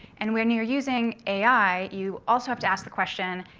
and when you're using ai, you also have to ask the question,